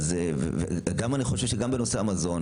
אני חושב שגם בנושא המזון